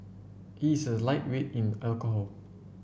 he is a lightweight in alcohol